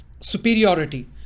superiority